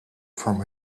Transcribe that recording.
from